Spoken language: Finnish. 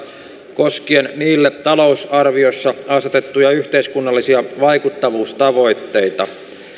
koskien niille talousarviossa asetettuja yhteiskunnallisia vaikuttavuustavoitteita